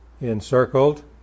encircled